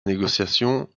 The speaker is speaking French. négociation